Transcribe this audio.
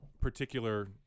particular